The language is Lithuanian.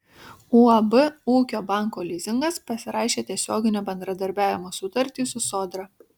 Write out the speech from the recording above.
uab ūkio banko lizingas pasirašė tiesioginio bendradarbiavimo sutartį su sodra